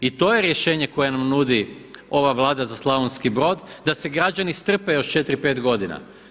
I to je rješenje koje nam nudi ova Vlada za Slavonski Brod, da se građani strpe još 4, 5 godina?